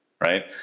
Right